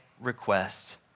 request